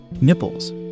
nipples